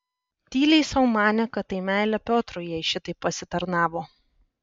tyliai sau manė kad tai meilė piotrui jai šitaip pasitarnavo